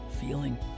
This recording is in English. feeling